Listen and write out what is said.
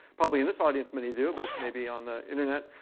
probably in this audience, many do, but maybe on the internet,